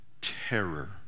terror